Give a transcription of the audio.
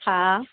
हा